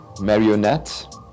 Marionette